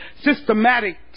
systematic